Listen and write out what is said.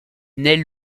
naît